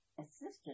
assistant